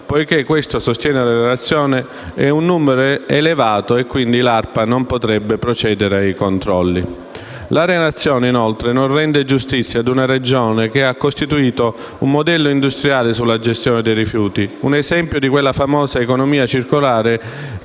poiché questo - sostiene la relazione - è un numero elevato e, quindi, l'ARPA non potrebbe procedere ai controlli. La relazione, inoltre, non rende giustizia a una Regione che ha costituito un modello industriale sulla gestione dei rifiuti; un esempio di quella famosa economia circolare